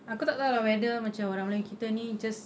aku tak tahu lah whether macam orang melayu kita ni just